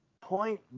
Point